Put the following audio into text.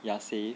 you are safe